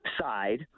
side